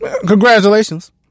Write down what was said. congratulations